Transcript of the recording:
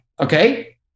Okay